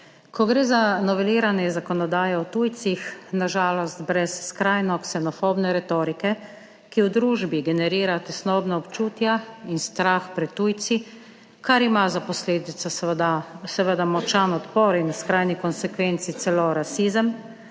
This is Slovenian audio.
Ko gre za noveliranje zakonodaje o tujcih, na žalost brez skrajno ksenofobne retorike, ki v družbi generira tesnobna občutja in strah pred tujci, kar ima za posledico seveda močan odpor in v skrajni konsekvenci celo rasizem,